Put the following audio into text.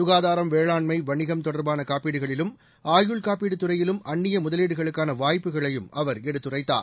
சுகாதாரம் வேளாண்மை வணிகம் தொடர்பான காப்பீடுகளிலும் ஆயுள் காப்பீடு துறையிலும் அந்நிய முதலீடுகளுக்கான வாய்ப்புகளையும் அவர் எடுத்துரைத்தார்